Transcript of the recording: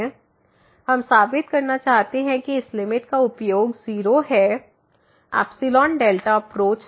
lim⁡xy00x2y2sin 1x2y2 0 हम साबित करना चाहते हैं कि इस लिमिट का उपयोग 0 है εδ अप्रोच से